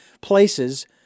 places